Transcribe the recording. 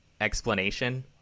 explanation